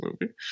movie